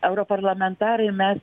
europarlamentarai mes